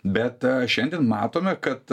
bet šiandien matome kad